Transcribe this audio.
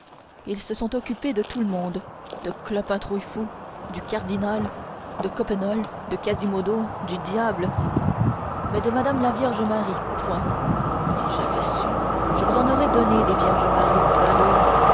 ils se sont occupés de tout le monde de clopin trouillefou du cardinal de coppenole de quasimodo du diable mais de madame la vierge marie point si j'avais su je vous en aurais donné des vierges marie